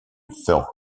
filth